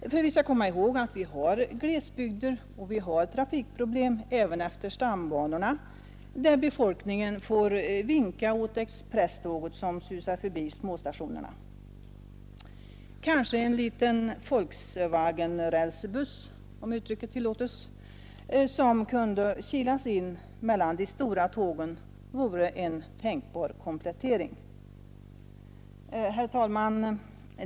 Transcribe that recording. Vi skall nämligen komma ihåg att vi har glesbygder och har trafikproblem även efter stambanorna där befolkningen får vinka åt expresståget som susar förbi småstationerna. Kanske vore en liten ”Volkswagenrälsbuss” — om uttrycket tillåts — som kunde kilas in mellan de stora tågen en tänkbar komplettering. Herr talman!